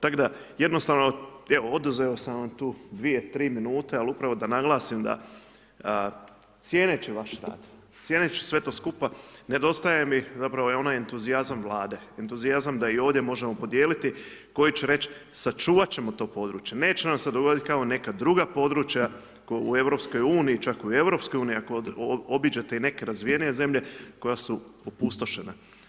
Tako da evo, oduzeo sam vam tu dvije, tri minute, ali upravo da naglasim da cijenit ću vaš rad, cijenit ću sve to skupa, nedostaje mi zapravo onaj entuzijazam vlade, entuzijazam da i ovdje možemo podijeliti koji će reći sačuvat ćemo to područje, neće nam se dogodit kao neka druga područja u EU, čak u EU ako obiđete i neke razvijenije zemlje koja su opustošena.